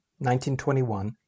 1921